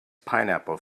pineapple